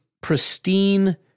pristine